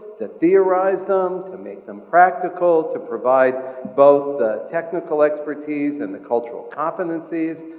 to theorize them, to make them practical, to provide both technical expertise and the cultural competencies,